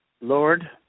Lord